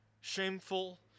shameful